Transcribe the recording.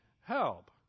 help